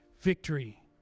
victory